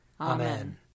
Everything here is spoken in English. Amen